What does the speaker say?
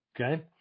Okay